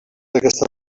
aquesta